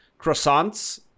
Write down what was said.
croissants